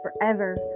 forever